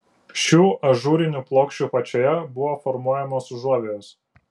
šių ažūrinių plokščių apačioje buvo formuojamos užuovėjos